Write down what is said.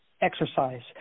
exercise